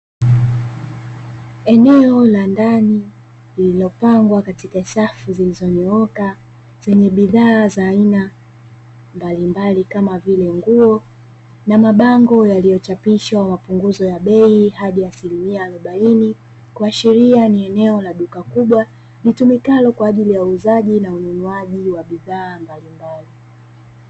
Eneo la ndani lililopangwa katika safu zilizonyooka zenye bidhaa za aina mbalimbali kama vile nguo, na mabango yaliyochapishwa mapunguzo ya bei hadi asilimia arobaini, kuashiria ni eneo la duka kubwa litumikalo kwa ajili ya uuzaji na ununuaji wa bidhaa mbalimbali.